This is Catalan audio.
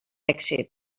èxit